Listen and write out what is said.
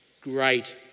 great